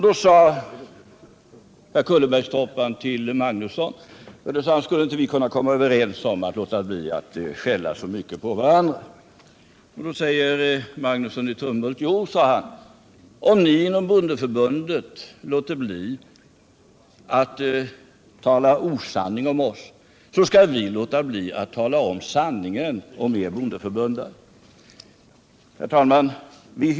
Då sade Kullenbergstorparn till Magnusson: ”Skulle inte vi kunna komma överens om att låta bli att skälla så mycket på varandra?” På det svarade Magnusson i Tumhult: ”Jodå, om ni inom bondeförbundet låter bli att tala osanning om oss, så skall vi låta bli att tala om sanningen om er bondeförbundare.” Herr talman!